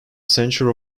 centre